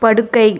படுக்கை